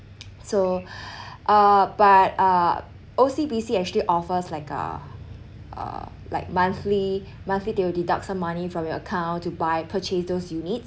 so uh but uh O_C_B_C actually offers like a uh like monthly monthly they will deduct some money from your account to buy purchase those units